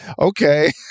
Okay